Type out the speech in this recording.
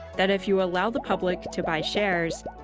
that if you allow the public to buy shares,